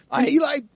Eli